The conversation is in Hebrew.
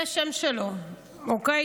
זה השם שלו, אוקיי?